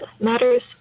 matters